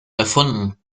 erfunden